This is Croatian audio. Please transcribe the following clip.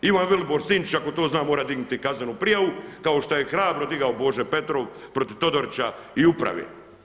Ivan Vilibor Sinčić ako to zna mora dignuti kaznenu prijavu kao što je hrabro digao Božo Petrov protiv Todorića i uprave.